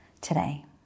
today